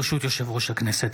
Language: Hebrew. ברשות יושב-ראש הכנסת,